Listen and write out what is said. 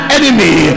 enemy